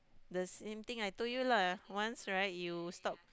the same thing I told you lah once right you stop